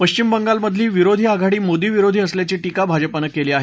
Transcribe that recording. पश्चिम बंगालातली विरोधी आघाडी मोदीविरोधी असल्याची टीका भाजपानं केली आहे